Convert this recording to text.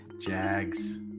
Jags